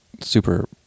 super